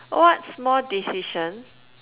what small decision